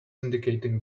indicating